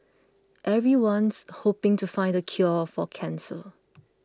everyone's hoping to find the cure for cancer